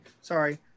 sorry